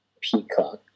Peacock